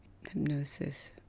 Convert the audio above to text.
hypnosis